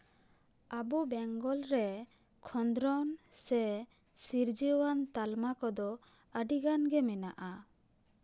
ᱟᱵᱚ ᱵᱮᱝᱜᱚᱞ ᱨᱮ ᱠᱷᱚᱸᱫᱽᱨᱚᱱ ᱥᱮ ᱥᱤᱨᱡᱟᱹᱣᱟᱱ ᱛᱟᱞᱢᱟ ᱠᱚᱫᱚ ᱟᱹᱰᱤᱜᱟᱱ ᱜᱮ ᱢᱮᱱᱟᱜᱼᱟ